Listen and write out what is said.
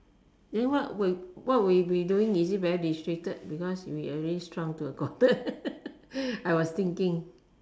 then what will what you will be doing is it very restricted because we already shrunk to a quarter I was thinking